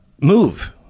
move